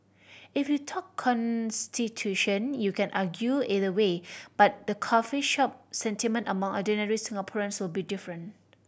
if you talk constitution you can argue either way but the coffee shop sentiment among ordinary Singaporeans will be different